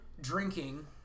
drinking